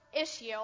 issue